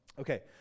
Okay